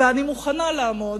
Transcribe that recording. ואני מוכנה לעמוד,